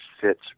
fits